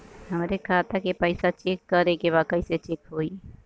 हमरे खाता के पैसा चेक करें बा कैसे चेक होई?